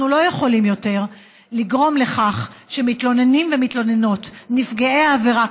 אנחנו לא יכולים יותר לגרום לכך שמתלוננים ומתלוננות נפגעי העבירה,